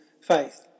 faith